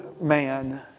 man